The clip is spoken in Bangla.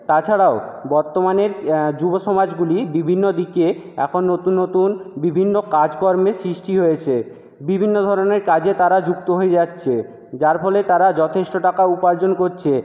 তাছাড়াও বর্তমানের যুব সমাজগুলি বিভিন্ন দিকে এখন নতুন নতুন বিভিন্ন কাজকর্মে সৃষ্টি হয়েছে বিভিন্ন ধরণের কাজে তারা যুক্ত হয়ে যাচ্ছে যার ফলে তারা যথেষ্ট টাকা উপার্জন করছে